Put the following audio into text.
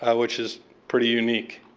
which is pretty unique.